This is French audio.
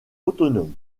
autonome